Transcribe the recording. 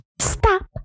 Stop